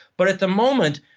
but at the moment,